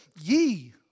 Ye